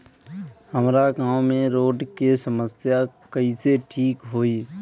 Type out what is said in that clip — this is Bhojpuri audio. हमारा गाँव मे रोड के समस्या कइसे ठीक होई?